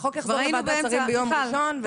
החוק יחזור לוועדת שרים ביום ראשון ואנחנו --- רגע,